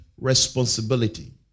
responsibility